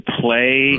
play